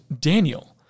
Daniel